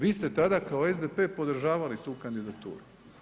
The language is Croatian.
Vi ste tada kao SDP podržavali tu kandidaturu.